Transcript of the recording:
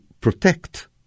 protect